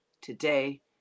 today